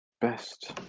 best